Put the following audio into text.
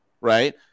right